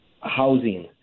housing